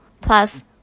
plus